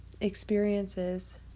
experiences